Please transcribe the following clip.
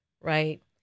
right